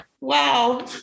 wow